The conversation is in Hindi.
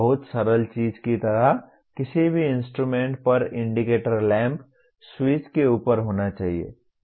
बहुत सरल चीज की तरह किसी भी इंस्ट्रूमेंट पर इंडिकेटर लैंप स्विच के ऊपर होना चाहिए